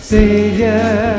Savior